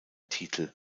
titel